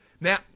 Now